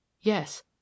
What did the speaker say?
Yes